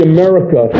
America